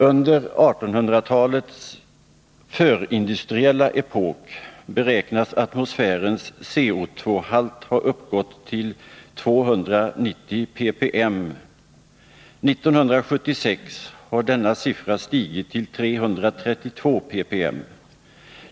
Under 1800-talets för-industriella epok beräknas atmosfärens CO,-halt ha uppgått till 290 ppm. 1976 har denna siffra stigit till 332 ppm.